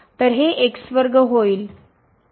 तर हे होईल